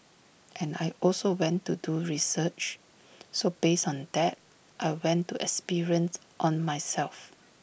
and I also went to do research so based on that I went to experiments on myself